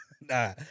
Nah